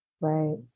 right